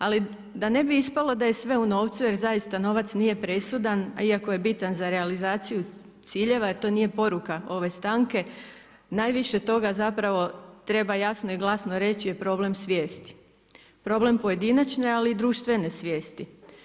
Ali da ne bi ispalo da je sve u novcu, jer zaista novac nije presudan, a iako je bitan za realizaciju ciljeva jer to nije poruka ove stanke najviše toga zapravo treba jasno i glasno reći je problem svijesti, problem pojedinačne ali i društvene svijesti.